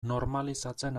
normalizatzen